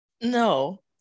no